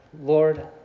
Lord